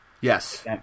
Yes